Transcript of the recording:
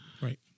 Right